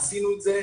עשינו את זה,